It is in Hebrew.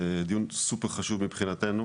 זה דיון סופר חשוב מבחינתנו,